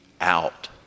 out